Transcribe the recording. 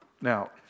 Now